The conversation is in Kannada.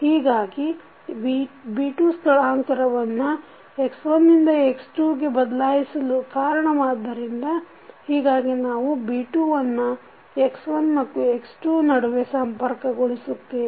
ಹೀಗಾಗಿ B2 ಸ್ಥಳಾಂತರವನ್ನು x1 ನಿಂದ x2 ಗೆ ಬದಲಾಯಿಸಲು ಕಾರಣವಾದ್ದರಿಂದ ಹೀಗಾಗಿ ನಾವು B2 ಅನ್ನು x1 ಮತ್ತು x2 ನಡುವೆ ಸಂಪರ್ಕಗೊಳಿಸುತ್ತೇವೆ